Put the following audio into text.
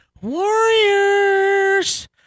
Warriors